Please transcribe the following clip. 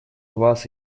вас